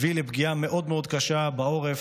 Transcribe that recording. הביא לפגיעה מאוד מאוד קשה בעורף,